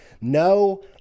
No